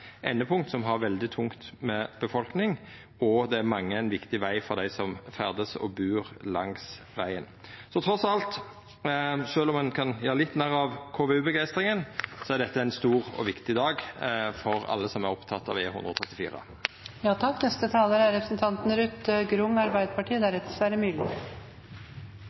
endepunkt som har veldig tungt med befolkning, og det er ein viktig veg for dei som ferdast og bur langs vegen. Så trass i alt, sjølv om ein kan gjera litt meir av KVU-begeistringa, er dette ein stor og viktig dag for alle som er opptekne av E134. Jeg skal fortsette innleggene fra Vestlandet. Det er